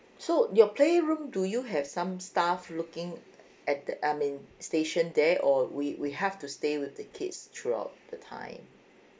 so your playroom do you have some staff looking at the I mean stationed there or we we have to stay with the kids throughout the time